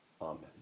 Amen